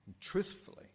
truthfully